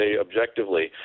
objectively